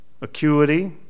acuity